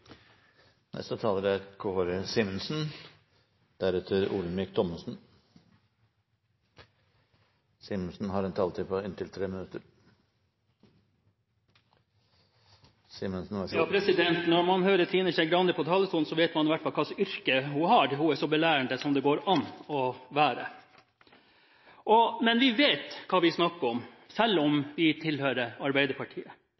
Når man hører Trine Skei Grande på talerstolen, vet man i hvert fall hva slags yrke hun har – hun er så belærende som det går an å være. Vi vet hva vi snakker om, selv